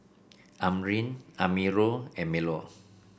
Amrin Amirul and Melur